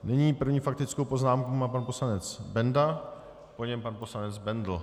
Nyní první faktickou poznámku má pan poslanec Benda, po něm pan poslanec Bendl.